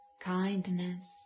kindness